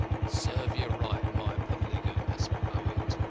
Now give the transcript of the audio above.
serve you right, my polygamous poet.